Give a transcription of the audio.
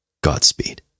Godspeed